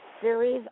series